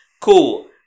Cool